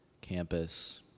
campus